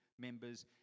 members